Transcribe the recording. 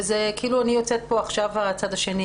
ופה אני כאילו יוצאת לצד השני,